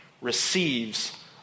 receives